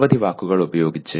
നിരവധി വാക്കുകൾ ഉപയോഗിച്ച്